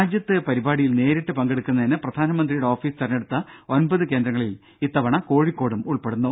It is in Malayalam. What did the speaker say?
രാജ്യത്ത് പരിപാടിയിൽ നേരിട്ട് പങ്കെടുക്കുന്നതിന് പ്രധാനമന്ത്രിയുടെ ഓഫീസ് തിരഞ്ഞെടുത്ത ഒൻപത് കേന്ദ്രങ്ങളിൽ ഇത്തവണ കോഴിക്കോടും ഉൾപ്പെടുന്നു